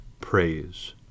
praise